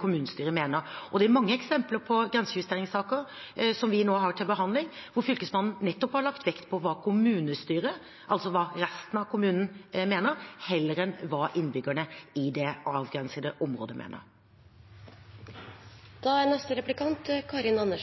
kommunestyret mener, og det er mange eksempler på grensejusteringssaker som vi nå har til behandling, hvor Fylkesmannen nettopp har lagt vekt på hva kommunestyret, altså på hva resten av kommunen, mener, heller enn hva innbyggerne i det avgrensete området mener.